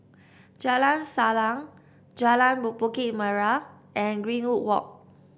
Jalan Salang Jalan Bukit Merah and Greenwood Walk